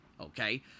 okay